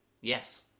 Yes